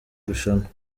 rushanwa